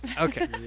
Okay